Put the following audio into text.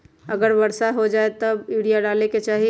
अगर वर्षा हो जाए तब यूरिया डाले के चाहि?